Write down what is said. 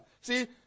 See